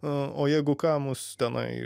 o jeigu ką mus tenai